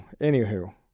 anywho